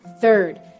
Third